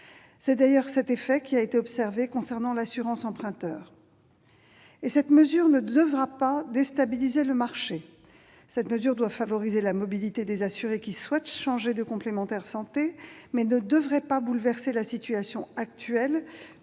C'est d'ailleurs cet effet qui a été observé dans le domaine de l'assurance emprunteur. Ensuite, la mesure ne devra pas déstabiliser le marché. Conçue pour favoriser la mobilité des assurés désireux de changer de complémentaire santé, elle ne devrait pas bouleverser la situation actuelle,